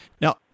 Now